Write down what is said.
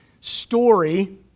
story